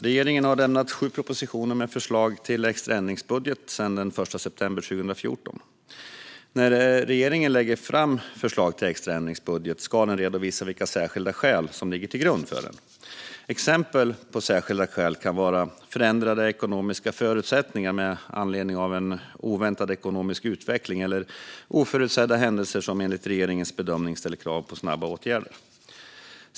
Regeringen har lämnat sju propositioner med förslag till extra ändringsbudgetar sedan den 1 september 2014. När regeringen lägger fram förslag till extra ändringsbudget ska den redovisa vilka särskilda skäl som ligger till grund för den. Exempel på särskilda skäl kan vara förändrade ekonomiska förutsättningar med anledning av en oväntad ekonomisk utveckling eller oförutsedda händelser som enligt regeringens bedömning ställer krav på snabba åtgärder.